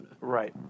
Right